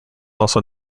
also